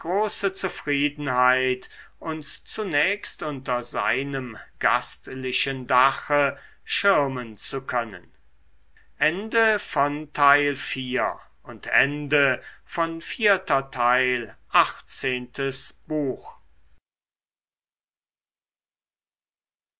große zufriedenheit uns zunächst unter seinem gastlichen dache schirmen zu können